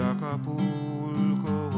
Acapulco